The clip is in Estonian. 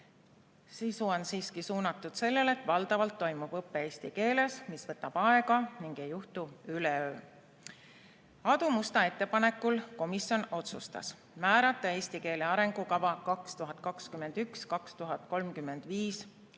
on sisu suunatud sellele, et valdavalt toimub õpe eesti keeles. See võtab aega ning ei juhtu üleöö. Aadu Musta ettepanekul otsustas komisjon määrata "Eesti keele arengukava 2021–2035"